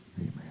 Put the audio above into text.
Amen